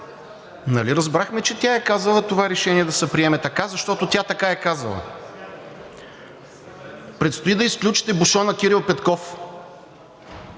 Нали разбрахме, че тя е казала това решение да се приеме така, защото тя така е казала! Предстои да изключите бушона Кирил Петков.